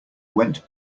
went